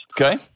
Okay